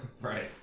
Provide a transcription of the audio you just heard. right